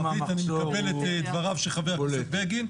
אני מקבל את דבריו של חבר הכנסת בגין.